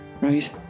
Right